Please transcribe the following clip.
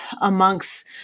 amongst